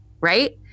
right